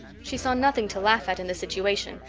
she saw nothing to laugh at in the situation,